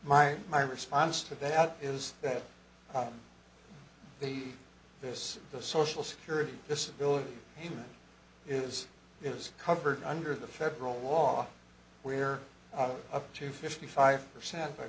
my my response to that is that the this the social security disability payment is is covered under the federal law where up to fifty five percent